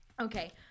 Okay